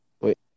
Wait